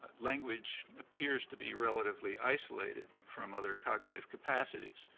language appears to be relatively isolated from other cognitive capacities.